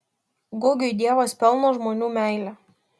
gugiui dievas pelno žmonių meilę